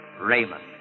Raymond